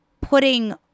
putting